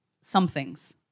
somethings